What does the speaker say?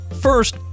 First